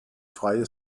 freie